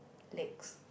legs